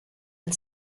and